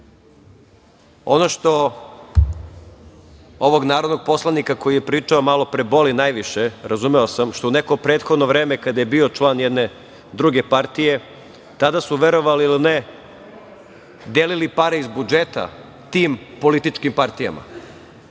što ovog narodnog poslanika koji je pričao malo pre boli najviše, razumeo sam, je što u neko prethodno vreme kada je bio član jedne druge partije, tada su, verovali ili ne, delili pare iz budžeta tim političkim partijama.